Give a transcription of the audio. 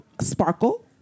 Sparkle